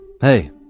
Hey